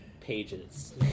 pages